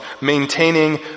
maintaining